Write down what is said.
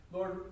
Lord